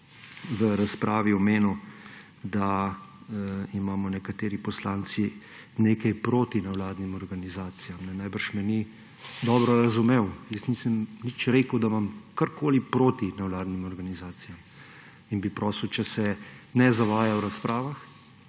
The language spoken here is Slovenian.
v razpravi omenil, da imamo nekateri poslanci nekaj proti nevladnim organizacijam. Najbrž me ni dobro razumel. Nič nisem rekel, da imam karkoli proti nevladnim organizacijam, in bi prosil, če se ne zavaja v razpravah.